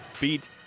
beat